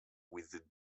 with